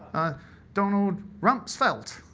donald rumsfeld.